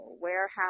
warehouse